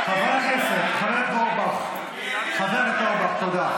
חבר הכנסת אורבך, תודה.